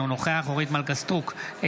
אינו נוכח אורית מלכה סטרוק,